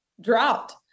dropped